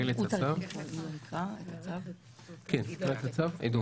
כן, עידו.